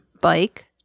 bike